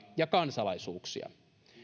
ja kansalaisuuksia